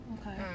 okay